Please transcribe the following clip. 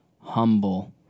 humble